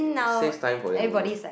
saves time for them also